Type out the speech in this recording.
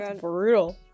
brutal